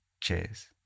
cheers